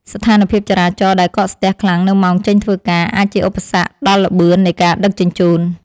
ស្ថានភាពចរាចរណ៍ដែលកកស្ទះខ្លាំងនៅម៉ោងចេញធ្វើការអាចជាឧបសគ្គដល់ល្បឿននៃការដឹកជញ្ជូន។